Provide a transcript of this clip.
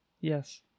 Yes